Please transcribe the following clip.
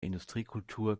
industriekultur